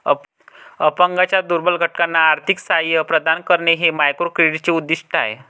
अपंगांच्या दुर्बल घटकांना आर्थिक सहाय्य प्रदान करणे हे मायक्रोक्रेडिटचे उद्दिष्ट आहे